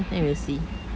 then we'll see